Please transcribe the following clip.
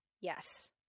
Yes